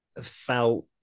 felt